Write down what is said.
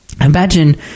imagine